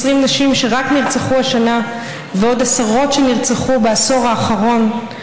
20 נשים שרק השנה נרצחו ועוד עשרות שנרצחו בעשור האחרון,